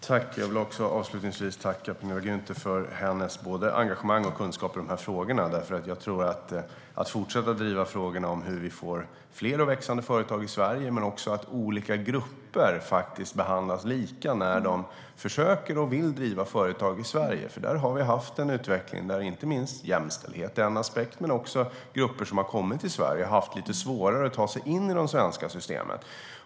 Herr talman! Jag vill tacka Penilla Gunther för hennes engagemang och kunskap i frågorna. Jag tror att det är viktigt att fortsätta driva frågorna hur vi får fler och växande företag i Sverige och hur vi får olika grupper att faktiskt behandlas lika när de försöker och vill driva företag i Sverige. Vi har nämligen haft en utveckling där bland annat jämställdhet är en aspekt och där grupper som har kommit till Sverige också har haft lite svårare att ta sig in i de svenska systemen.